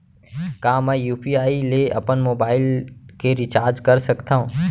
का मैं यू.पी.आई ले अपन मोबाइल के रिचार्ज कर सकथव?